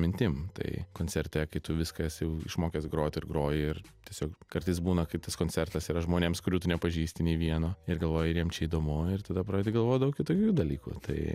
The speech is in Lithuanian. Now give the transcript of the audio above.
mintim tai koncerte kai tu viską esi jau išmokęs grot ir groji ir tiesiog kartais būna kaip tas koncertas yra žmonėms kurių tu nepažįsti nei vieno ir galvoji ar jiem čia įdomu ir tada pradedi galvot daug kitokių dalykų tai